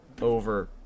over